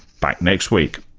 back next week